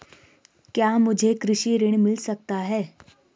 क्या मुझे कृषि ऋण मिल सकता है?